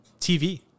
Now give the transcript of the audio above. TV